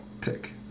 pick